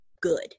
good